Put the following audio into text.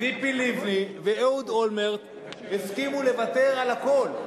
ציפי לבני ואהוד אולמרט הסכימו לוותר על הכול,